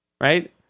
right